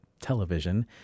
television